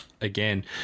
again